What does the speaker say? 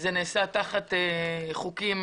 זה נעשה תחת חוקים